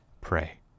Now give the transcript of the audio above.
Pray